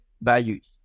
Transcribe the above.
values